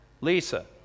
Lisa